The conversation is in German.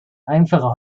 einfache